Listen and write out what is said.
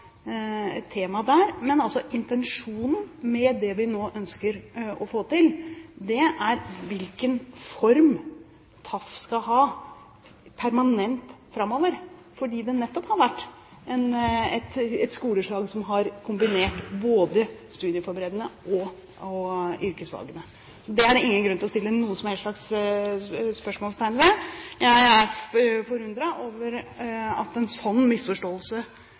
der. Men intensjonen med det vi nå ønsker å få til, er hvilken form TAF skal ha permanent framover, fordi det nettopp har vært et skoleslag som har kombinert både studieforberedende fag og yrkesfagene. Det er det ingen grunn til å sette noe som helst slags spørsmålstegn ved. Jeg er forundret over at en sånn misforståelse